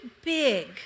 big